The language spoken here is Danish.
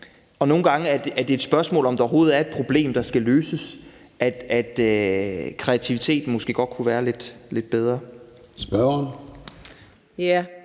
og nogle gange er det et spørgsmål, om der overhovedet er et problem, der skal løses – at kreativiteten måske godt kunne være lidt bedre. Kl.